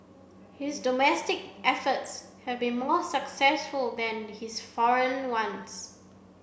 his domestic efforts have been more successful than his foreign ones